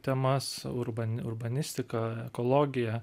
temas urban urbanistiką ekologiją